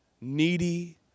needy